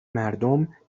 مردم